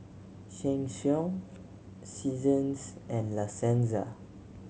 Sheng Siong Seasons and La Senza